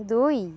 ଦୁଇ